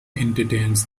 entertains